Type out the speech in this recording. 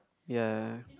ya